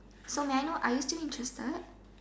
so may I know are you still interested